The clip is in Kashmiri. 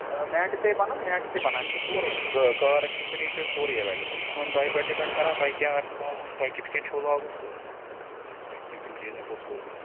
آ میٹہٕ تے بَنن میٹہٕ تہِ بَنَن اَسہِ چھِ سورُے گہ کار ایکسیسَسریٖز چھُ اَسہِ سورُے اٮ۪ویلیبل یہِ چھُ وۄنۍ تۄہہِ پیٹھ ڈِپیٚنڈ کَران تۄہہِ کیاہ آسہِ لاگُن تۄہہِ کِتھ کنۍ چھُو لاگُن تِم تِم چیٖز ہیٚکو أسۍ لٲگِتھ